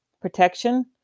Protection